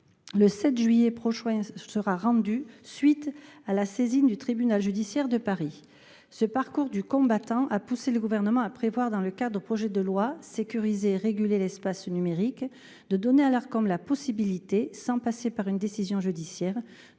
Le 7 juillet prochain sera rendu suite à la saisine du tribunal judiciaire de Paris. Ce parcours du combattant a poussé le gouvernement à prévoir dans le cadre au projet de loi sécuriser, réguler l'espace numérique de donner à l'art comme la possibilité sans passer par une décision judiciaire